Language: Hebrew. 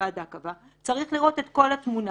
שהוועדה קבעה צריך לראות את כל התמונה.